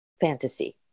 fantasy